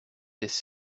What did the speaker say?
this